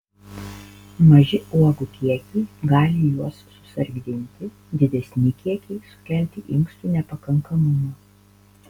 maži uogų kiekiai gali juos susargdinti didesni kiekiai sukelti inkstų nepakankamumą